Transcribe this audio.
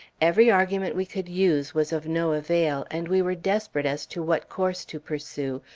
every argument we could use was of no avail, and we were desperate as to what course to pursue,